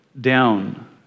down